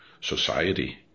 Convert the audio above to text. society